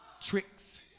tricks